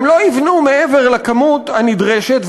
הם לא יבנו מעבר לכמות הנדרשת.